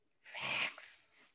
Facts